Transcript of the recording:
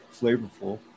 flavorful